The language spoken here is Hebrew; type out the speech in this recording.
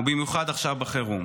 ובמיוחד עכשיו בחירום.